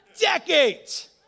Decades